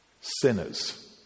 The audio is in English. sinners